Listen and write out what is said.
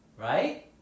right